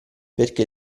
perché